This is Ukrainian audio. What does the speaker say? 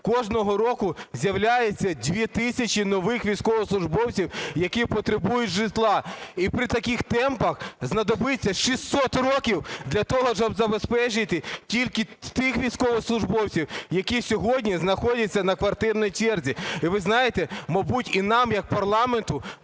кожного року з'являється 2 тисячі нових військовослужбовців, які потребують житла. І при таких темпах знадобиться 600 років для того, щоб забезпечити тільки тих військовослужбовців, які сьогодні знаходяться на квартирній черзі. І ви знаєте, мабуть, і нам як парламенту